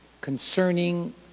concerning